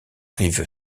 rive